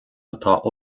atá